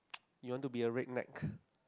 you want to be a red neck